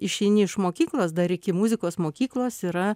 išeini iš mokyklos dar iki muzikos mokyklos yra